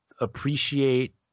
appreciate